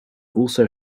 also